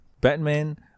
Batman